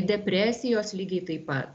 depresijos lygiai taip pat